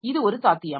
இது ஒரு சாத்தியம்